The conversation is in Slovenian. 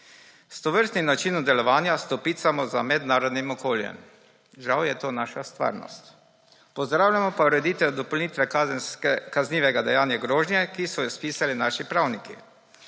S tovrstnim načinom delovanja stopicamo za mednarodnim okoljem. Žal je to naša stvarnost. Pozdravljamo pa ureditev dopolnitve kaznivega dejanja grožnje, ki so jo spisali naši pravniki.